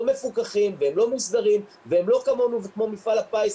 מפוקחים והם לא מוסדרים והם לא כמונו וכמו מפעל הפיס,